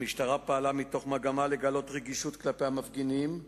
המשטרה פעלה מתוך מגמה לגלות רגישות כלפי המפגינים,